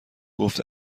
گفت